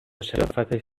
شرافتش